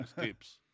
tips